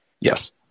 Yes